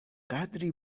قدری